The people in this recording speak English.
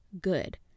good